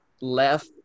left